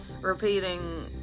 repeating